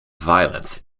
violence